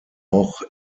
auch